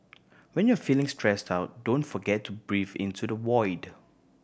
when you are feeling stressed out don't forget to breathe into the void